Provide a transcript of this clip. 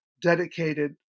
dedicated